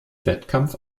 wettkampf